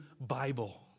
Bible